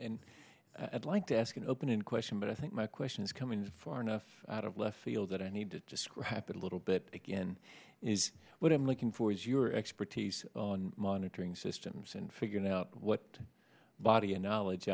i'd like to ask an open in question but i think my question is coming for enough out of left field that i need to scrap it a little bit again is what i'm looking for is your expertise on monitoring systems and figuring out what body of knowledge